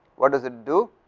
what is it do,